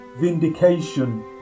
vindication